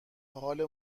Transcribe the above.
حال